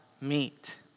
meet